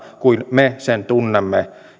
sellaisena kuin me sen tunnemme